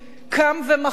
קם ומחה,